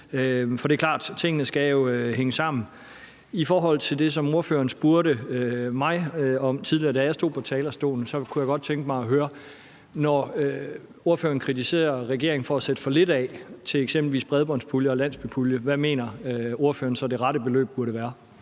For det er jo klart, at tingene skal hænge sammen. I forhold til det, som ordføreren spurgte mig om tidligere, da jeg stod på talerstolen, så kunne jeg godt tænke mig at høre, når ordføreren kritiserer regeringen for at sætte for lidt af til eksempelvis en bredbåndspulje og en landsbypulje, hvad ordføreren så mener det rette beløb burde være.